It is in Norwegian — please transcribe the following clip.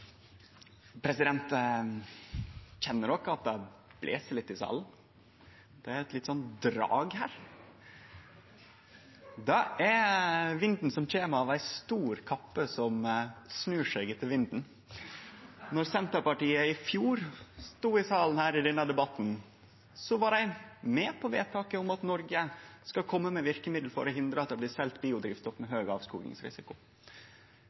eit litt sånt drag her. Det er vinden som kjem av ei stor kappe som snur seg etter han. Då Senterpartiet i fjor stod i salen her i denne debatten, var dei med på vedtaket om at Noreg skal kome med verkemiddel for å hindre at det blir selt biodrivstoff med